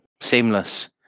Seamless